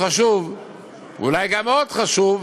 אולי גם מאוד חשוב,